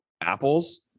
apples